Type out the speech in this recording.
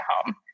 home